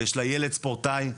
ויש לה ילד ספורטאי,